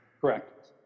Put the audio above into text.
Correct